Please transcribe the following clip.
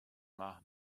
maith